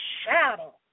shadow